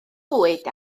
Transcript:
fwyd